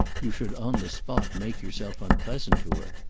you should on the spot make yourself unpleasant to her.